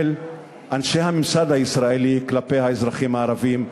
אנשי הממסד הישראלי כלפי האזרחים הערבים.